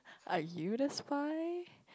are you the spy